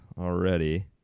already